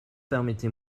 permettez